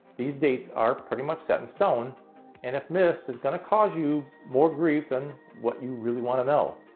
these dates are pretty much set in stone and if missed is going to cause you more grief than what you really want to know.